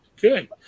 good